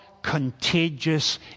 contagious